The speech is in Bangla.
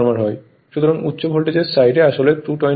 সুতরাং উচ্চ ভোল্টেজ সাইড আসলে 220 ভোল্ট